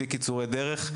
בלי קיצורי דרך.